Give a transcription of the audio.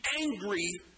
angry